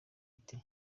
ati